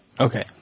Okay